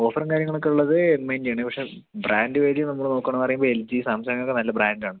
ഓഫറും കാര്യങ്ങളൊക്കെ ഉള്ളത് എം ഐൻ്റെയാണ് പക്ഷേ ബ്രാൻഡും ഐഡിയും നമ്മൾ നോക്കുകയാണ് പറയുമ്പോൾ എൽ ജി സാംസങ്ങൊക്കെ നല്ല ബ്രാൻ്റാണ്